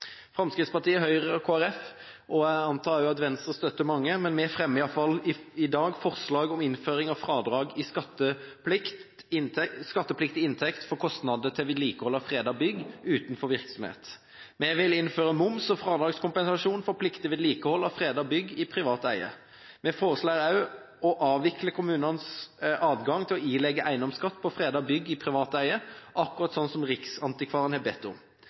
Fremskrittspartiet, Høyre og Kristelig Folkeparti fremmer i dag forslag om innføring av fradrag i skattepliktig inntekt for kostnader til vedlikehold av fredede bygg utenfor virksomhet. Vi vil innføre moms- og fradragskompensasjon for pliktig vedlikehold av fredede bygg i privat eie. Vi foreslår også å avvikle kommunenes adgang til å ilegge eiendomsskatt på fredede bygg i privat eie – akkurat som Riksantikvaren har bedt om.